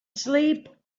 sleep